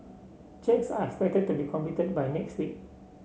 checks are expected to be completed by next week